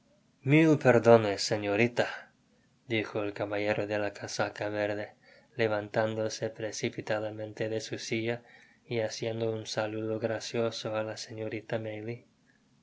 mil perdones señorita dijo el caballero de la casaca verde levantándose precipitadamente de su silla y haciendo un saludo gracioso á la señorita